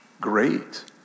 great